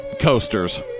coasters